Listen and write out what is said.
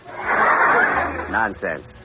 Nonsense